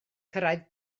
cyrraedd